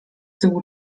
tyłu